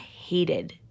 hated